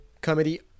comedy